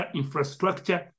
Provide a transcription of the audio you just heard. infrastructure